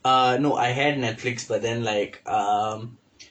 uh no I had netflix but then like um